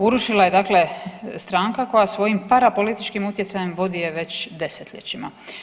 Urušila je dakle stranka koja svojim parapolitičkim utjecajem vodi je već desetljećima.